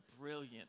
brilliant